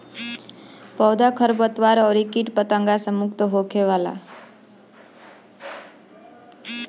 पौधा खरपतवार अउरी किट पतंगा से मुक्त होखेला